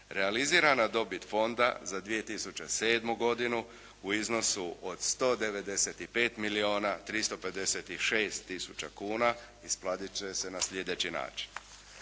realizirana dobit fonda za 2007. godinu u iznosu od 195 milijuna 356 tisuća kuna isplatiti će se na sljedeći način.